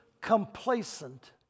complacent